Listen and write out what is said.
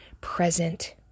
present